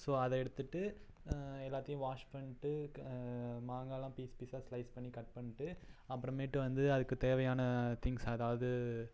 so அதை எடுத்துட்டு எல்லாத்தையும் வாஷ் பண்ணிட்டு க மாங்காய்லாம் பீஸ் பீஸாக ஸ்லைஸ் பண்ணி கட் பண்ணிட்டு அப்புறமேட்டு வந்து அதுக்குத் தேவையான திங்க்ஸ் அதாவது